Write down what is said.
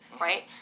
right